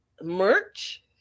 merch